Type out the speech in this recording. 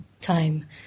time